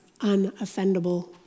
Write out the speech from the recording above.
unoffendable